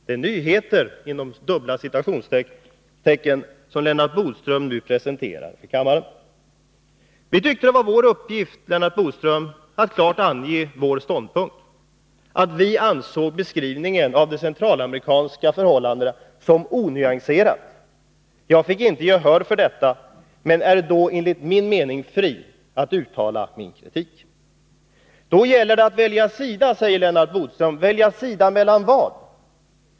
Det är en nyhet inom dubbla citationstecken som Lennart Bodström presenterar till kammaren. Vi tyckte det var vår uppgift, Lennart Bodström, att klart ange vår ståndpunkt. Vi ansåg beskrivningen av de centralamerikanska förhållandena som onyanserad. Jag fick inte gehör för detta, men är då enligt min mening fri att uttala min kritik. Det gäller att välja sida, säger Lennart Bodström. Välja sida med anledning av vad?